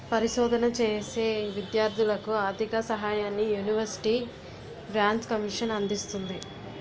పరిశోధన చేసే విద్యార్ధులకు ఆర్ధిక సహాయాన్ని యూనివర్సిటీ గ్రాంట్స్ కమిషన్ అందిస్తుంది